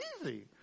easy